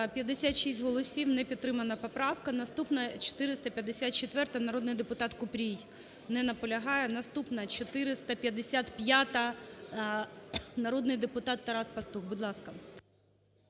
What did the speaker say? За-56 Не підтримана поправка. Наступна 454-а, народний депутат Купрій. Не наполягає. Наступна 455-а, народний депутат Тарас Пастух. Будь ласка.